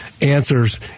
answers